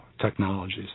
technologies